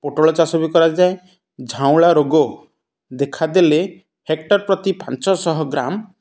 ପୋଟଳ ଚାଷ ବି କରାଯାଏ ଝାଉଁଳା ରୋଗ ଦେଖାଦେଲେ ହେକ୍ଟର୍ ପ୍ରତି ପାଞ୍ଚଶହ ଗ୍ରାମ୍